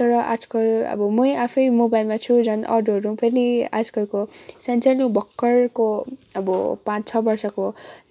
तर आजकल अब मै आफै मोबाइलमा छु झन् अरूहरू पनि आजकलको सानो सानो भर्खरको अब पाँच छ बर्षको